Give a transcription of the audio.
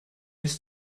ist